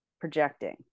projecting